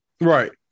Right